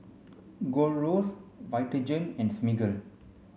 Gold Roast Vitagen and Smiggle